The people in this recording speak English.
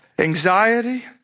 Anxiety